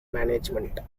management